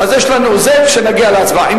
אז יש לנו, זה כשנגיע להצבעה.